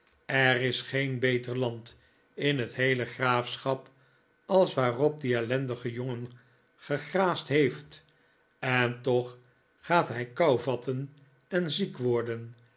er is geen beter land in het heele graafschap als waarop die ellendige jongen gegraasd heeft en toch gaat hij kou vatten en ziek worden